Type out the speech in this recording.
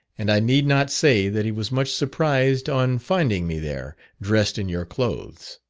and i need not say that he was much surprised on finding me there, dressed in your clothes.